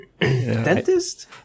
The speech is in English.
Dentist